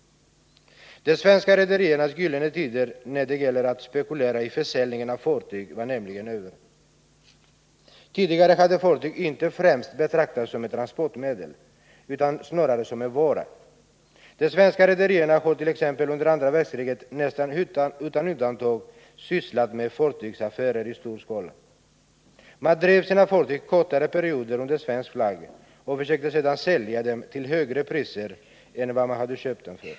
De svenska rederiernas gyllene tider när det gällde att spekulera i försäljning av fartyg var nämligen över. Tidigare hade fartyg inte främst betraktats som ett transportmedel, utan snarare som en vara. De svenska rederierna har t.ex. efter andra världskriget, nästan utan undantag, sysslat med fartygsaffärer i stor skala. Man drev sina fartyg kortare perioder under svensk flagg och försökte sedan sälja dem till högre priser än man hade köpt dem för.